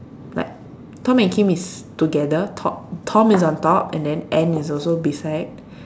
like Tom and Kim is together top Tom is on top and then Anne is also beside